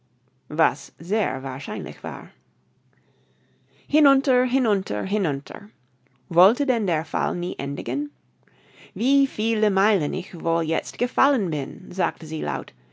was sehr wahrscheinlich war hinunter hinunter hinunter wollte denn der fall nie endigen wie viele meilen ich wohl jetzt gefallen bin sagte sie laut